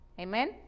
Amen